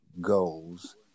goals